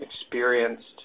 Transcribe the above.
experienced